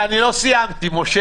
למח"ש,